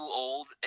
old